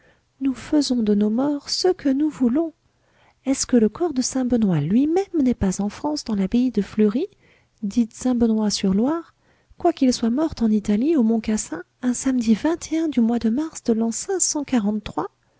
nous faisons de nos morts ce que nous voulons est-ce que le corps de saint benoît lui-même n'est pas en france dans l'abbaye de fleury dite saint benoît sur loire quoiqu'il soit mort en italie au mont cassin un samedi du mois de mars de